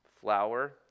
flour